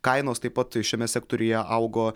kainos taip pat šiame sektoriuje augo